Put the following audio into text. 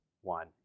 one